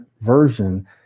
version